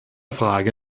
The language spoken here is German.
frage